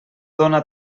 dóna